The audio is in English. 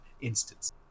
instance